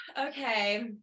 Okay